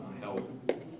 help